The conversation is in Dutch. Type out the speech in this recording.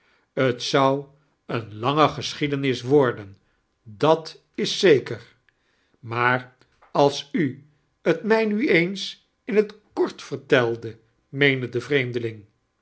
t zou eene lange geschiedenis worden dat is zeker maa r als u x mij nu eeus in t kort vertelde meende de vreemdeling